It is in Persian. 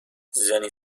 زنی